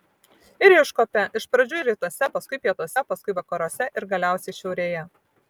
ir iškuopė iš pradžių rytuose paskui pietuose paskui vakaruose ir galiausiai šiaurėje